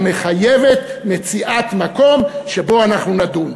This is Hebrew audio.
המחייבת מציאת מקום שבו אנחנו נדון.